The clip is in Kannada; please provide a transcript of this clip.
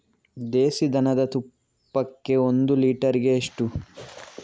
ದೇಸಿ ದನದ ತುಪ್ಪಕ್ಕೆ ಒಂದು ಲೀಟರ್ಗೆ ಎಷ್ಟು?